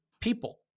people